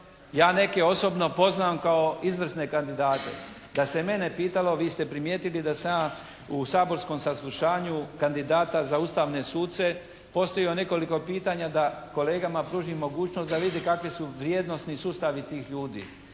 Ja neke osobno poznamo kao izvrsne kandidate. Da se mene pitalo vi ste primijetili da sam ja u saborskom saslušanju kandidata za ustavne suce postavio nekoliko pitanja da kolegama pružim mogućnost da vide kakvi su vrijednosni sustavi tih ljudi.